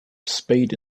spade